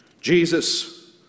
Jesus